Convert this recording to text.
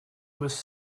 was